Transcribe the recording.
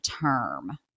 term